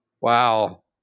Wow